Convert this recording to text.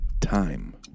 time